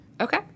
Okay